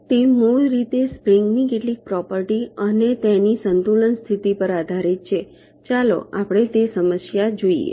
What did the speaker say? તેથી તે મૂળભૂત રીતે સ્પ્રિંગની કેટલીક પ્રોપર્ટી અને તેની સંતુલન સ્થિતિ પર આધારિત છે ચાલો આપણે તે સમસ્યા જોઈએ